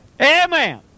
Amen